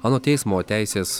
anot teismo teisės